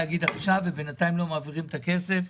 רק שבינתיים היא לא מעבירה את הכסף.